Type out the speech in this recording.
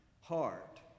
heart